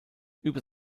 über